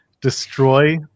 destroy